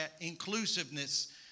inclusiveness